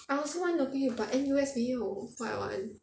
I also want local U but N_U_S 没有 what I want